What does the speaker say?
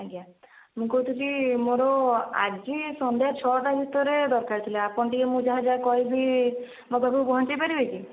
ଆଜ୍ଞା ମୁଁ କହୁଥିଲି ମୋର ଆଜି ସନ୍ଧ୍ୟା ଛଅଟା ଭିତରେ ଦରକାର ଥିଲା ଆପଣ ଟିକେ ମୁଁ ଯାହା ଯାହା କହିବି ମୋ ପାଖକୁ ପହଞ୍ଚାଇ ପାରିବେ କି